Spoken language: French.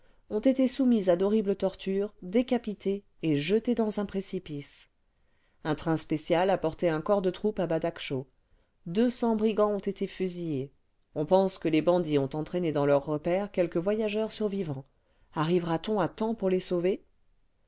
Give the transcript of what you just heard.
ont été soumis à d'horribles tortures décapités et jetés dans un précipice nihilistes africains la garde nationale marche contre le palais le vingtième siècle un train spécial a porté un corps de troupes à badakchau deux cents brigands ont été fusillés on pense que les bandits ont entraîné clans leurs repaires quelques voyageurs survivants arrivera t on à temps pour les sauver